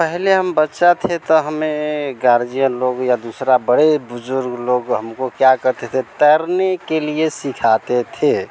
पहले हम बच्चा थे तो हमें गार्जियन लोग या दुसरा बड़े बुज़ुर्ग लोग हमको क्या करते थे तैरने के लिए सिखाते थे